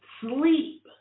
sleep